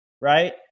right